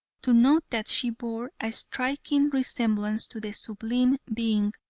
to note that she bore a striking resemblance to the sublime being,